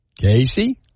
Casey